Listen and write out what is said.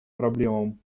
проблемам